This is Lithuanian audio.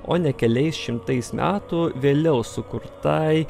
o ne keliais šimtais metų vėliau sukurtai